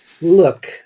Look